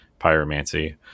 pyromancy